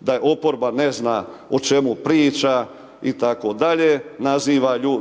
da oporba ne zna o čemu priča, itd.